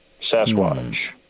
Sasquatch